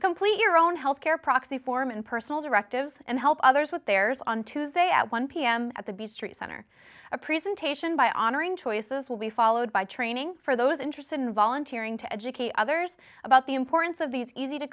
complete your own health care proxy form and personal directives and help others with theirs on tuesday at one pm at the b street center a presentation by honoring choices will be followed by training for those interested in volunteering to educate others about the importance of these easy to